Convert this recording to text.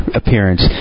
appearance